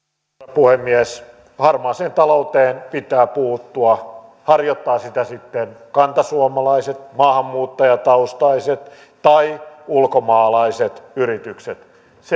puhemies harmaaseen talouteen pitää puuttua harjoittavat sitä sitten kantasuomalaiset maahanmuuttajataustaiset tai ulkomaalaiset yritykset